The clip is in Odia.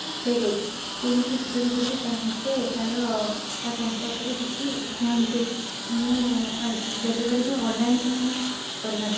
ସେ କେମିତି ରିଟର୍ଣ୍ଣ କରିବି ତା ମୋତେ ତାର ତା ସମ୍ପର୍କରେ କିଛି କୁହନ୍ତୁ ମୁଁ ଡେଲିଭରି କିମ୍ବା ଅନଲାଇନ୍ ସପିଂ କରିନା